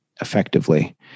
effectively